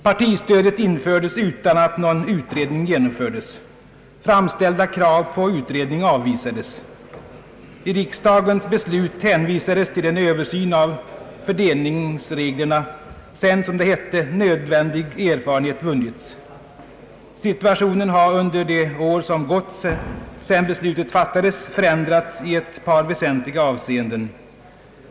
Partistödet tillkom utan att någon utredning genomfördes. Framställda krav på utredning avvisades. I riksdagens beslut hänvisades till en översyn av fördelningsreglerna sedan, som det hette, »nödvändig erfarenhet» vunnits. Situationen har under de år som gått sedan beslutet fattades förändrats i ett par väsentliga hänseenden.